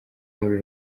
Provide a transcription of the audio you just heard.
muri